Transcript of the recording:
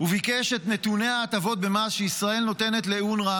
וביקש את נתוני ההטבות שישראל נותנת לאונר"א,